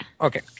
Okay